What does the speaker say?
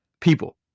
people